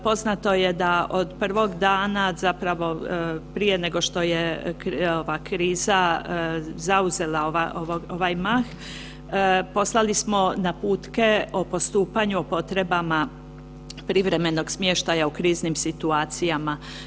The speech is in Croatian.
Poznato je da od prvog dana, zapravo prije nego što je ova kriza zauzela ovaj mah, poslali smo naputke o postupanju o potrebama privremenog smještaja u kriznim situacijama.